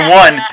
one